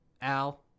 al